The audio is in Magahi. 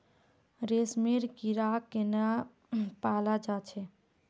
रेशमेर कीड़ाक केनना पलाल जा छेक